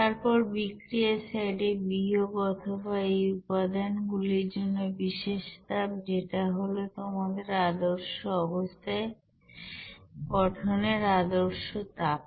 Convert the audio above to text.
তারপর বিক্রিয়ার সাইডে বিয়োগ অথবা এই উপাদান গুলির জন্য বিশেষ তাপ যেটা হলো তোমাদের আদর্শ অবস্থায় গঠনের আদর্শ তাপ